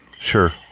Sure